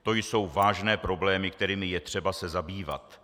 To jsou vážné problémy, kterými je třeba se zabývat.